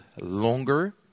longer